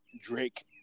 Drake